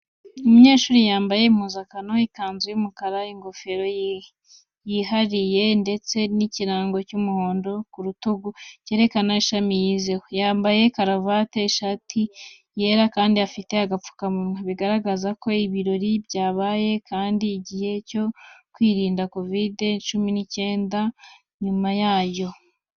Umunyeshuri yambaye impuzankano, ikanzu y'umukara, ingofero yihariye ndetse n’ikirango cy’umuhondo ku rutugu, cyerekana ishami yizeho. Yambaye karavate, ishati yera kandi afite agapfukamunwa, bigaragaza ko ibirori byabaye mu gihe cyo kwirinda kovidi cumi n'icyenda cyangwa nyuma yayo.